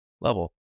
level